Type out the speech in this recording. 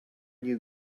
you